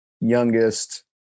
youngest